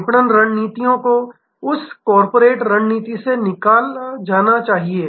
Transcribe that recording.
विपणन रणनीति को उस कॉर्पोरेट रणनीति से निकाला जाना चाहिए